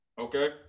okay